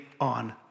on